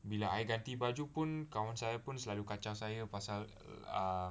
bila I ganti baju pun kawan saya pun selalu kacau saya pasal err